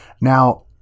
Now